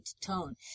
tone